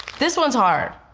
this one's hard.